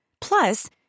Plus